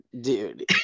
dude